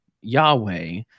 Yahweh